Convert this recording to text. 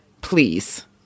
please